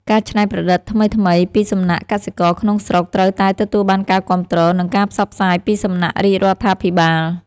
ការច្នៃប្រឌិតថ្មីៗពីសំណាក់កសិករក្នុងស្រុកត្រូវតែទទួលបានការគាំទ្រ និងការផ្សព្វផ្សាយពីសំណាក់រាជរដ្ឋាភិបាល។